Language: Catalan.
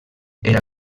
era